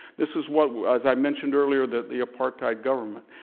this was what, as i mentioned earlier, that the apartheid government.